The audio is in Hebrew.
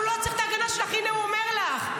הוא לא צריך את ההגנה שלך, הינה, הוא אומר לך.